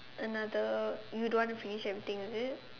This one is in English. another you don't want to finish everything is it